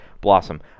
Blossom